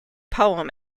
poem